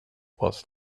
was